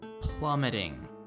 Plummeting